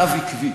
קדימה,